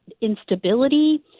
instability